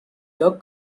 your